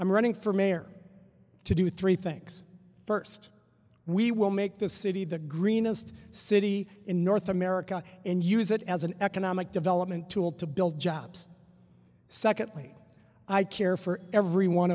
i'm running for mayor to do three things first we will make this city the greenest city in north america and use it as an economic development tool to build jobs secondly i care for every one